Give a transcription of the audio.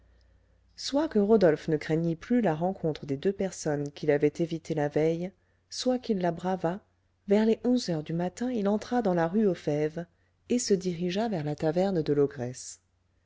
soit que rodolphe ne craignît plus la rencontre des deux personnes qu'il avait évitées la veille soit qu'il la bravât vers les onze heures du matin il entra dans la rue aux fèves et se dirigea vers la taverne de